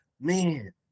man